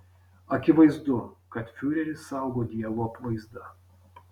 akivaizdu kad fiurerį saugo dievo apvaizda